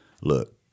Look